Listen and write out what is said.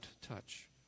touch